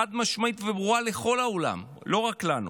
חד-משמעית וברורה לכל העולם, לא רק לנו: